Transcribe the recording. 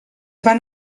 van